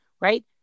Right